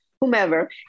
whomever